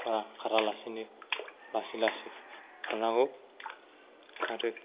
खरा खारालासिनो लासै लासै खारनांगौ आरो